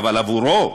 אבל עבורו,